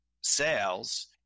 sales